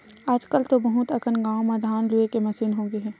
आजकल तो बहुत अकन गाँव म धान लूए के मसीन होगे हे